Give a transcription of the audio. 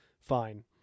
Fine